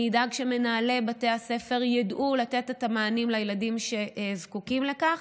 אדאג שמנהלי בתי הספר ידעו לתת את המענים לילדים שזקוקים לכך,